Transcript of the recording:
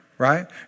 Right